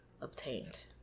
obtained